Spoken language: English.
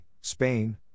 Spain